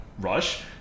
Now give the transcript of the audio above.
rush